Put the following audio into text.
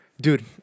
Dude